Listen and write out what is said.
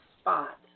spot